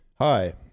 Hi